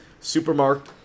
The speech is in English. Supermark